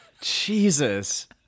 Jesus